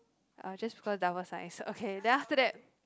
ah just because double science okay then after that